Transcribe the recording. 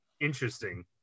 interesting